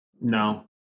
No